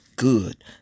Good